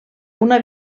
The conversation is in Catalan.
una